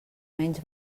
menys